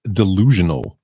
delusional